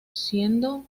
siendo